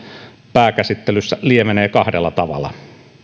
pääkäsittelyssä lievenee kahdella tavalla